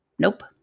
nope